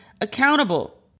accountable